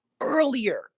earlier